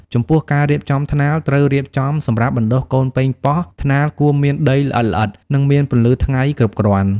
ចំពោះការរៀបចំថ្នាល ត្រូវរៀបចំសម្រាប់បណ្ដុះកូនប៉េងប៉ោះ ថ្នាលគួរមានដីល្អិតៗ និងមានពន្លឺថ្ងៃគ្រប់គ្រាន់។